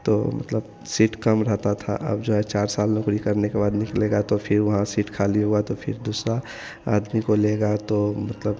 तो मतलब सीट कम रहती थी अब जो है चार साल नौकरी करने के बाद निकलेगा तो फिर वहाँ सीट खाली हुई तो फिर दूसरा आदमी को लेगा तो मतलब